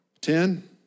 Ten